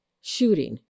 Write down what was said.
shooting